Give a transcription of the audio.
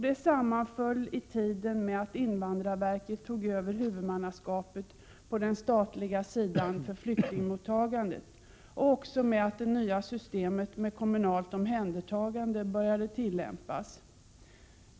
Det sammanföll i tiden med att invandrarverket tog över huvudmannaskapet på den statliga sidan för flyktingmottagandet, och också med att det nya systemet med kommunalt omhändertagande började tillämpas.